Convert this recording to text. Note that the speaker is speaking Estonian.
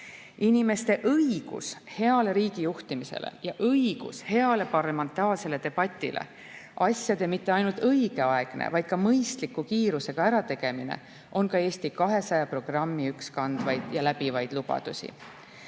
Inimeste õigus heale riigijuhtimisele ja õigus heale parlamentaarsele debatile, asjade mitte ainult õigeaegne, vaid ka mõistliku kiirusega ära tegemine on Eesti 200 programmi üks kandvaid ja läbivaid lubadusi.